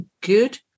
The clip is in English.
good